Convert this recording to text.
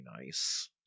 nice